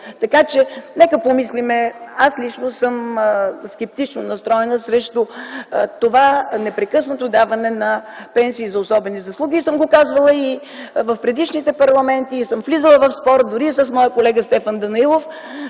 другите? И само тя ли е? Аз лично съм скептично настроена срещу това непрекъснато даване на пенсии за особени заслуги и съм го казвала и в предишните парламенти, влизала съм дори в спор и с моя колега Стефан Данаилов,